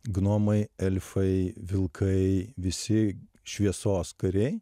gnomai elfai vilkai visi šviesos kariai